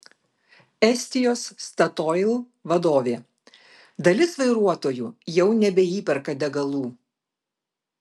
estijos statoil vadovė dalis vairuotojų jau nebeįperka degalų